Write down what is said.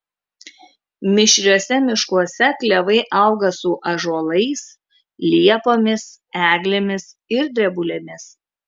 mišriuose miškuose klevai auga su ąžuolais liepomis eglėmis ir drebulėmis